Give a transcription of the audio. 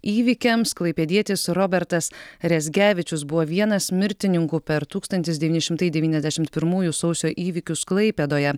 įvykiams klaipėdietis robertas rezgevičius buvo vienas mirtininkų per tūkstantis devyni šimtai devyniasdešimt pirmųjų sausio įvykius klaipėdoje